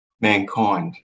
mankind